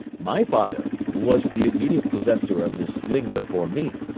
my father, who was the immediate possessor of this sling before me,